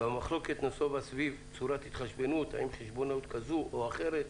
והמחלוקת נסובה סביב צורת ההתחשבנות האם חשבונאות כזו או אחרת.